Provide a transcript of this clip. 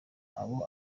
abo